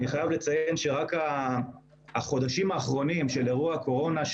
אני חייב לציין שהחודשים האחרונים של אירוע הקורונה,